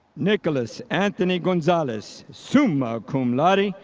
nicholas anthony gonzalez, summa cum laude,